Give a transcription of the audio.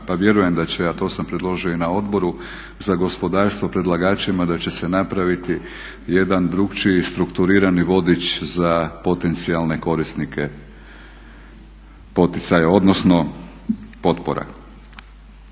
pa vjerujem da će, a to sam predložio i na Odboru za gospodarstvo predlagačima da će se napraviti jedan drukčiji strukturirani vodič za potencijalne korisnike poticaje odnosno potpora.